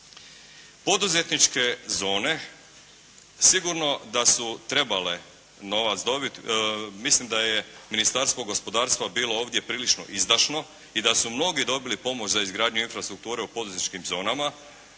Poduzetničke zone sigurno da su trebale novac dobiti, mislim da je Ministarstvo gospodarstva bilo ovdje prilično izdašno i da su mnogi dobili pomoć za izgradnju infrastrukture u poduzetničkim zonama.